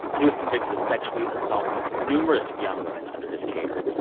he was convicted of sexually assaulting numerous young women under his care.